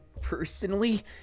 personally